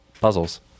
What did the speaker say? puzzles